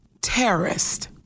terrorist